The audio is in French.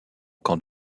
camp